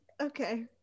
Okay